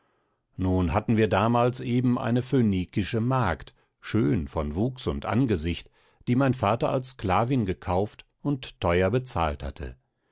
nun hatten wir damals eben eine phönikische magd schön von wuchs und angesicht die mein vater als sklavin gekauft und teuer bezahlt hatte